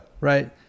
right